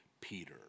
Peter